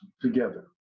together